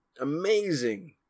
amazing